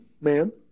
man